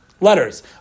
letters